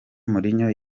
mourinho